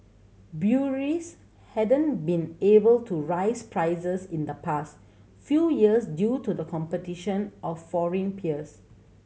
breweries hadn't been able to rise prices in the past few years due to competition from foreign peers